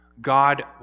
God